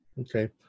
Okay